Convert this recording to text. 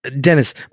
Dennis